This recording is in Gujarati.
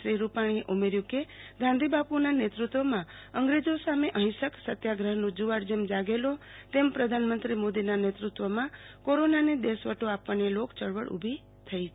શ્રી રૂપાણીએ ઉમેર્યુ કે ગાંધી બાપુના નેતૃ ત્વમાં અંઝ્રો સામે અહિંસક સત્યાગ્રહનો જુવાળ જેમ જાગેલો તેમ પ્રધાનમંત્રી મોદીના નેતૂ ત્વમાં કોરોનાને દેશવટો ઓપવાની લોક યળવળ ઉભી થઈ છે